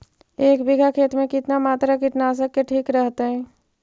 एक बीघा खेत में कितना मात्रा कीटनाशक के ठिक रहतय?